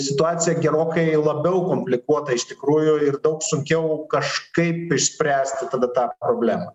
situacija gerokai labiau komplikuota iš tikrųjų ir daug sunkiau kažkaip išspręsti tada tą problemą